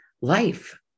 life